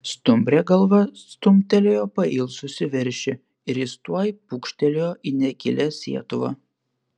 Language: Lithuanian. stumbrė galva stumtelėjo pailsusį veršį ir jis tuoj pūkštelėjo į negilią sietuvą